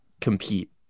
compete